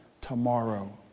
tomorrow